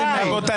מה זה נמאס?